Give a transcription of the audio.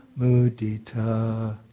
mudita